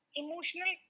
emotional